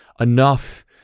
enough